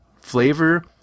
flavor